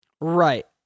Right